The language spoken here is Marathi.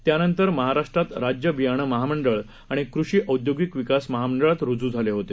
त्यानंतर ते महाराष्ट्रात राज्य बियाणं महामंडळ आणि कृषी औद्योगिक विकास महामंडळात रुजु झाले होते